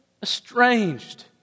estranged